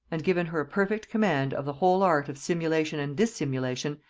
and given her a perfect command of the whole art of simulation and dissimulation,